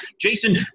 Jason